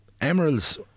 Emeralds